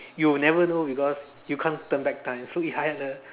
you will never know because you can't turn back time so if I had a